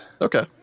Okay